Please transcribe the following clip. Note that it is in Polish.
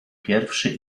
pierwszy